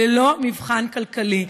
ללא מבחן כלכלי,